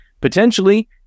potentially